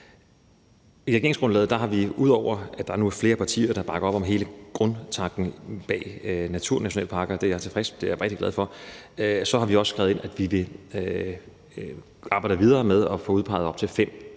I regeringsgrundlaget har vi også – ud over at der er nogle flere partier, der bakker op om hele grundtanken bag naturnationalparker, og det er jeg rigtig glad for – skrevet ind, at vi vil arbejde videre med at få udpeget op til fem